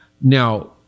Now